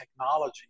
technology